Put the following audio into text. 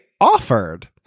offered